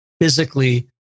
physically